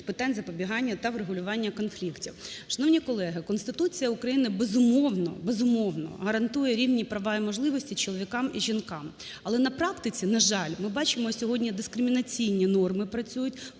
з питань запобігання та врегулювання конфліктів. Шановні колеги, Конституція України, безумовно, безумовно, гарантує рівні права і можливості чоловікам і жінкам. Але на практиці, на жаль, ми бачимо сьогодні дискримінаційні норми працюють